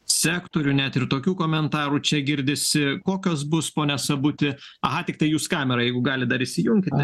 sektorių net ir tokių komentarų čia girdisi kokios bus pone sabuti aha tiktai jūs kamerą jeigu galit dar įsijunkite